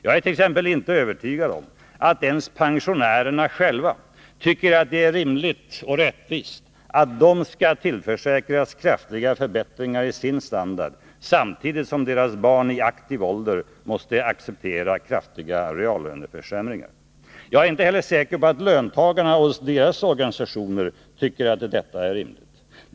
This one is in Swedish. Jag är t.ex. inte övertygad om att ens pensionärerna själva tycker att det är rimligt och rättvist att de skall tillförsäkras kraftiga förbättringar i sin standard samtidigt som deras barn i aktiv ålder måste acceptera kraftiga reallöneförsämringar. Jag ärinte heller säker på att löntagarna och deras organisationer tycker att detta är rimligt.